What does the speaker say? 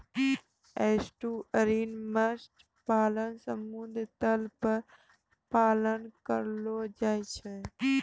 estuarine मत्स्य पालन समुद्री तट पर पालन करलो जाय छै